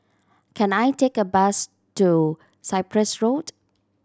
can I take a bus to Cyprus Road